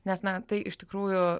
nes na tai iš tikrųjų